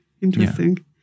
Interesting